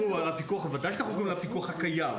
בוודאי שאנחנו רגועים מהפיקוח הקיים.